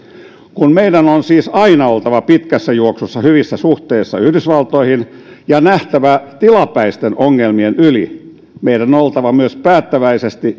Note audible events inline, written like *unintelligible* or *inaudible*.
kun meidän on siis aina oltava pitkässä juoksussa hyvissä suhteissa yhdysvaltoihin ja nähtävä tilapäisten ongelmien yli meidän on oltava myös päättäväisesti *unintelligible*